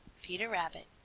peter rabbit.